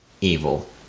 evil